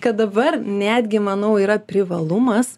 kad dabar netgi manau yra privalumas